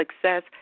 success